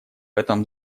этом